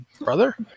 brother